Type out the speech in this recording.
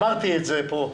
אמרתי את זה פה.